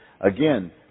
again